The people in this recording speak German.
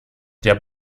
der